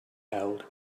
held